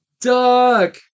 Duck